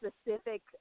specific